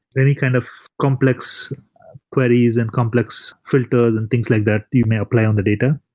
any kind of complex queries and complex filters and things like that, you may apply on the data.